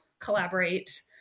collaborate